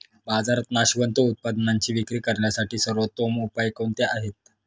बाजारात नाशवंत उत्पादनांची विक्री करण्यासाठी सर्वोत्तम उपाय कोणते आहेत?